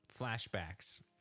flashbacks